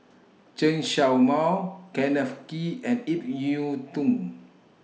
Chen Show Mao Kenneth Kee and Ip Yiu Tung